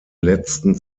letzten